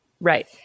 Right